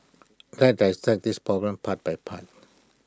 let's dissect this problem part by part